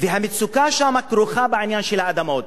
והמצוקה שם כרוכה בעניין של האדמות,